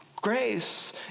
Grace